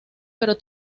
pero